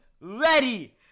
ready